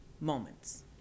moments